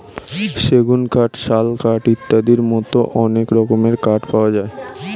সেগুন কাঠ, শাল কাঠ ইত্যাদির মতো অনেক রকমের কাঠ পাওয়া যায়